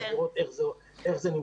לראות איך זה נמצא